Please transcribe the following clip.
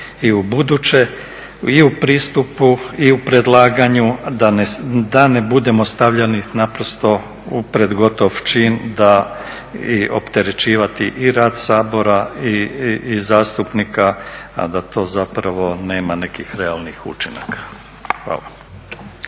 i ubuduće i u pristupu i u predlaganju da ne budemo stavljeni pred gotov čin i opterećivati i rad Sabora i zastupnika, a da to nema nekakvih realnih učinaka. Hvala.